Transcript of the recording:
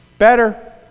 Better